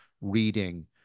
reading